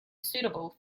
suitable